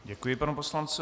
Děkuji panu poslanci.